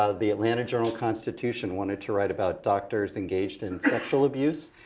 ah the atlanta journal-constitution wanted to write about doctors engaged in sexual abuse.